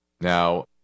Now